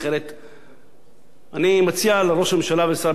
אני מציע לראש הממשלה ולשר הביטחון להקשיב היטב היטב,